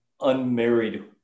unmarried